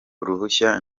uruhushya